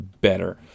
better